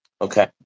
Okay